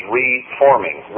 reforming